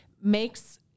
makes